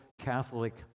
Catholic